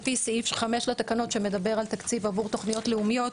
על פי סעיף 5 לתקנות שמדבר על תקציב עבור תוכניות לאומיות,